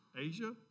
Asia